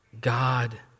God